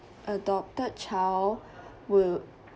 adopted child will